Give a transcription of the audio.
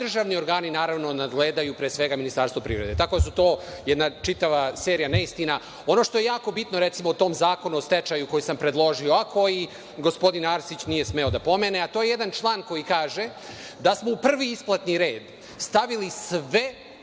državni organi, naravno, nadgledaju, pre svega, Ministarstvo privrede. Tako da je to čitava serija neistina. Ono što je jako bitno u tom Zakonu o stečaju, a koji sam predložio, koji gospodin Arsić nije smeo da pomene, a to je jedan član koji kaže da smo u prvi isplatni red stavili sve